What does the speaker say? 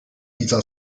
dieser